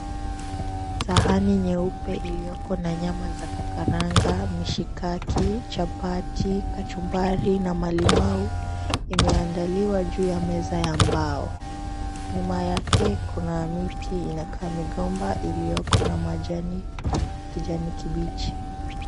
Sahani nyeupe iliyoko na nyama za kukaranga, mishikaki, chapati, kachumbari na malimau imeandaliwa juu ya meza ya mbao. Nyuma yake, kuna miti inakaa migomba iliyoko na majani ya kijani kibichi.